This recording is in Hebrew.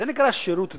זה נקרא שירות דוב.